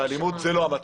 זה לא המצב.